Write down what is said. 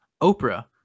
Oprah